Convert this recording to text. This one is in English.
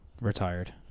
Retired